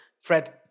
Fred